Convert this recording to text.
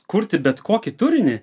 kurti bet kokį turinį